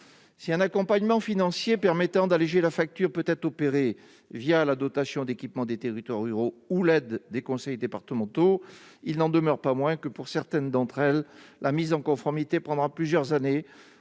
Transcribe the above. Si un accompagnement financier permettant d'alléger la facture est possible la dotation d'équipement des territoires ruraux, la DETR, ou l'aide des conseils départementaux, il n'en demeure pas moins que, pour certaines communes, la mise en conformité prendra plusieurs années,